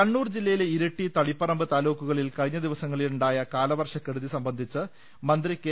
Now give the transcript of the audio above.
കണ്ണൂർ ജില്ലയിലെ ഇരിട്ടി തളിപ്പറമ്പ് താലൂക്കുകളിൽ കഴിഞ്ഞ ദിവസങ്ങളിലുണ്ടായ കാലവർഷക്കെടുതി സംബന്ധിച്ച് മന്ത്രി കെ